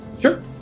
Sure